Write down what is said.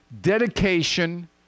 Dedication